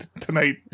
tonight